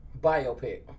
biopic